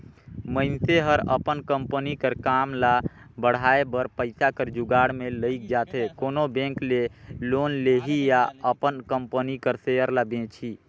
मइनसे हर अपन कंपनी कर काम ल बढ़ाए बर पइसा कर जुगाड़ में लइग जाथे कोनो बेंक ले लोन लिही या अपन कंपनी कर सेयर ल बेंचही